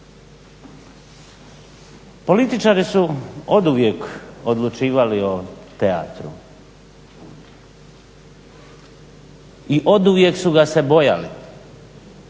Političari su oduvijek odlučivali o teatru i oduvijek su ga se bojali